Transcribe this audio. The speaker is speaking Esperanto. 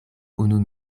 unu